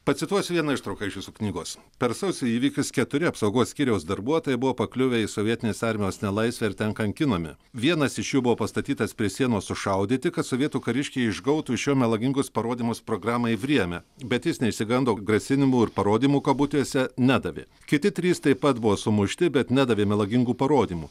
pacituosiu vieną ištrauką iš jūsų knygos per sausio įvykius keturi apsaugos skyriaus darbuotojai buvo pakliuvę į sovietinės armijos nelaisvę ir ten kankinami vienas iš jų buvo pastatytas prie sienos sušaudyti kad sovietų kariškiai išgautų iš jo melagingus parodymus programai vriemia bet jis neišsigando grasinimų ir parodymų kabutėse nedavė kiti trys taip pat buvo sumušti bet nedavė melagingų parodymų